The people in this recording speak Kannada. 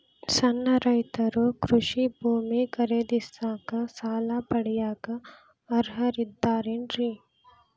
ಸಣ್ಣ ರೈತರು ಕೃಷಿ ಭೂಮಿ ಖರೇದಿಸಾಕ, ಸಾಲ ಪಡಿಯಾಕ ಅರ್ಹರಿದ್ದಾರೇನ್ರಿ?